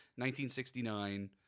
1969